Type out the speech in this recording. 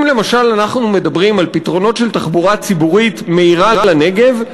אם למשל אנחנו מדברים על פתרונות של תחבורה ציבורית מהירה לנגב,